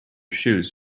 shoes